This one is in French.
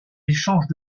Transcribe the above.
échanges